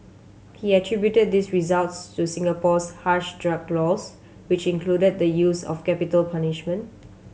he attributed these results to Singapore's harsh drug laws which include the use of capital punishment